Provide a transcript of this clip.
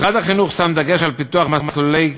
משרד החינוך שם דגש על פיתוח מסלולי